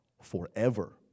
forever